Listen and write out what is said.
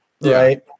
Right